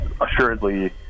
assuredly